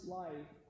life